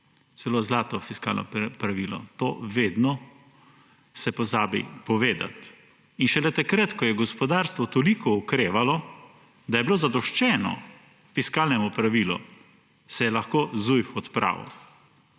celo zlato fiskalno pravilo; to se vedno pozabi povedati. In šele takrat, ko je gospodarstvo toliko okrevalo, da je bilo zadoščeno fiskalnemu pravilu, se je lahko Zujf odpravil